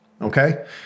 okay